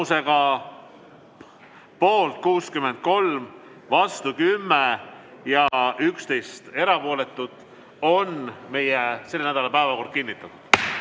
Tulemusega poolt 63, vastu 10 ja 11 erapooletut on selle nädala päevakord kinnitatud.